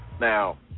Now